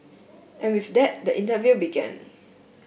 and with that the interview began